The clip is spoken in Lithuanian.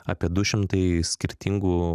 apie du šimtai skirtingų